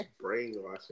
brainwashing